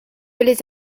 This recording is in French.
les